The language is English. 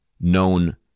known